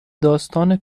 داستان